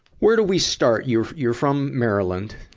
where do we start? you're, you're from maryland.